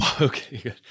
okay